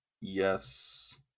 Yes